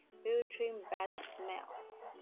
filtering bad smells.